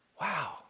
Wow